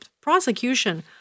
prosecution